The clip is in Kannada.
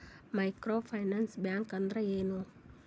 ಮೈಕ್ರೋ ಫೈನಾನ್ಸ್ ಬ್ಯಾಂಕ್ ಅಂದ್ರ ಏನು?